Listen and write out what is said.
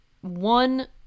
one